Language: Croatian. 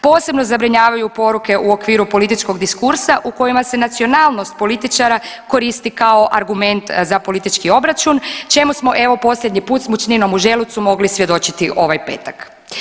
Posebno zabrinjavaju poruke u okviru političkog diskursa u kojima se nacionalnost političara koristi kao argument za politički obračun čemu smo evo posljednji put s mučninom u želucu mogli svjedočiti ovaj petak.